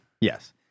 Yes